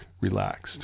relaxed